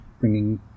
bringing